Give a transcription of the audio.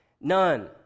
None